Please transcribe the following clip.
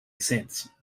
cents